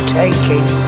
taking